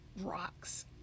rocks